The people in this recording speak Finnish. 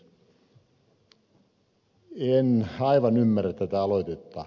en aivan ymmärrä tätä aloitetta